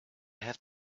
have